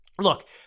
Look